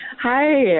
Hi